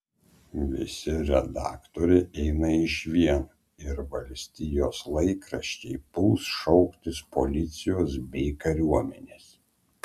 visi redaktoriai eina išvien ir valstijos laikraščiai puls šauktis policijos bei kariuomenės